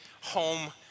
home